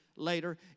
Later